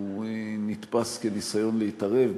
הוא נתפס כניסיון להתערב,